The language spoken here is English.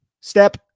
step